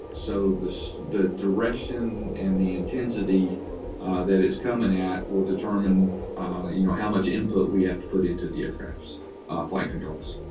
so the direction and the intensity that it's coming at will determine you know how much input we have to put into the aircraft's flight controls.